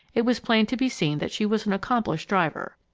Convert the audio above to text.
it was plain to be seen that she was an accomplished driver.